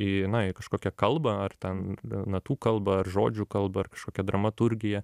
į na į kažkokią kalbą ar ten natų kalbą ar žodžių kalbą ar kažkokią dramaturgiją